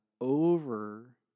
over